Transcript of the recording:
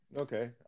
okay